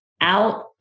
out